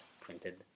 printed